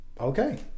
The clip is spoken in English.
okay